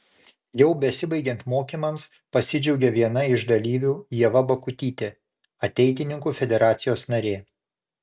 jau besibaigiant mokymams pasidžiaugė viena iš dalyvių ieva bakutytė ateitininkų federacijos narė